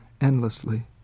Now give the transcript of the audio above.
endlessly